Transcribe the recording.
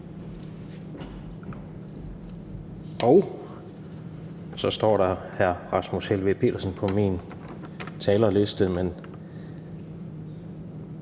Og så står der hr. Rasmus Helveg Petersen på min talerliste, men